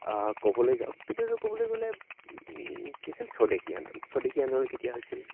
ক'বলৈ যাওঁ তেতিয়াতো ক'বলৈ গ'লে কি আছিল স্বদেশী আন্দোলন স্বদেশী আন্দোলন কেতিয়া হৈছিল